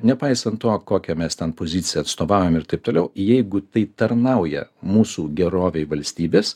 nepaisant to kokią mes ten pozicija atstovaujam ir taip toliau jeigu tai tarnauja mūsų gerovei valstybės